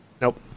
Nope